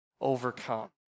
overcome